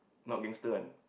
not gangster one